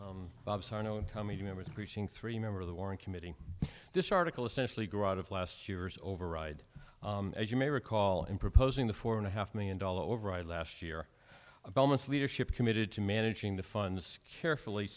preaching three member of the warren committee this article essentially grew out of last year's override as you may recall in proposing the four and a half million dollar over last year a bonus leadership committed to managing the funds carefully